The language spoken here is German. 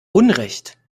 unrecht